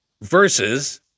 Versus